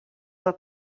del